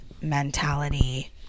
mentality